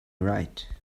right